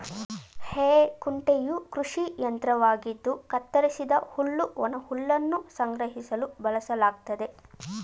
ಹೇ ಕುಂಟೆಯು ಕೃಷಿ ಯಂತ್ರವಾಗಿದ್ದು ಕತ್ತರಿಸಿದ ಹುಲ್ಲು ಒಣಹುಲ್ಲನ್ನು ಸಂಗ್ರಹಿಸಲು ಬಳಸಲಾಗ್ತದೆ